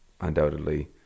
undoubtedly